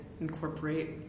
incorporate